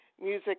music